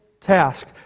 task